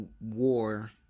war